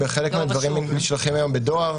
חלק מהדברים שולחים היום בדואר.